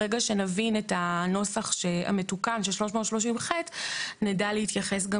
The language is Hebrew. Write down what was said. ברגע שנבין את הנוסח המתוקן של 330ח נדע להתייחס גם